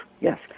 yes